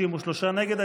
63 נגד.